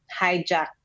hijack